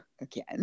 again